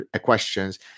questions